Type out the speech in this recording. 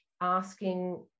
asking